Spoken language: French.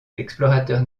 explorateur